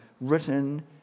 written